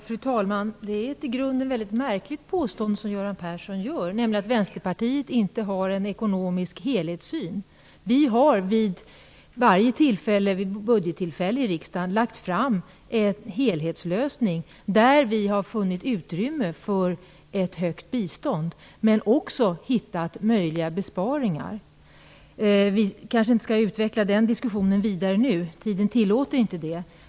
Fru talman! Det är ett i grunden mycket märkligt påstående av Göran Persson, nämligen att Vänsterpartiet inte har en ekonomisk helhetssyn. Vi har vid varje budgettillfälle i riksdagen lagt fram en helhetslösning, där vi har funnit utrymme för ett högt bistånd men också hittat möjliga besparingar. Vi kanske inte skall utveckla den diskussionen vidare nu. Tiden tillåter inte det.